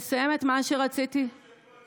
רק תקשיבי, לא נהוג להפריע בזמן נאום בן דקה.